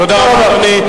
תודה רבה, אדוני.